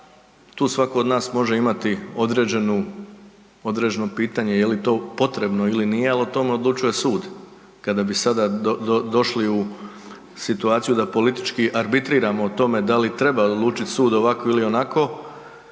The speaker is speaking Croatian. tu svatko od nas može imati određeno pitanje je li to potrebno ili nije, ali o tome odlučuje sud. Kada bi sada došli u situaciju da politički arbitriramo o tome da li treba odlučiti sud ovako ili onako,